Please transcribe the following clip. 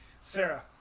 Sarah